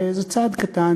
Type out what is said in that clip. וזה צעד קטן.